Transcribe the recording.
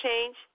change